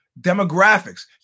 Demographics